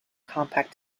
compact